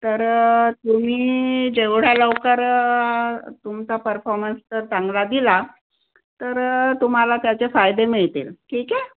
तर तुम्ही जेवढ्या लवकर तुमचा परफॉर्मन्स जर चांगला दिला तर तुम्हाला त्याचे फायदे मिळतील ठीक आहे